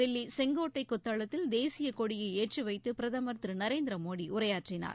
தில்லி செங்கோட்டை கொத்தளத்தில் தேசியக் கொடியை ஏற்றி வைத்து பிரதமர் திரு நரேந்திர மோடி உரையாற்றினார்